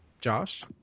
Josh